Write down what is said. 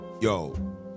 yo